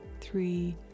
three